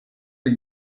per